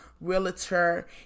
realtor